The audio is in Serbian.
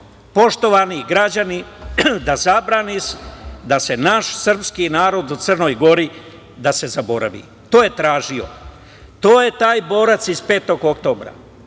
poštovani građani, da zabrani da se naš srpski narod u Crnoj Gori da se zaboravi. To je tražio. To je taj borac iz Petog oktobra.